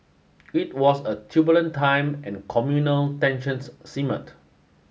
it was a turbulent time and communal tensions simmered